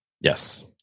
Yes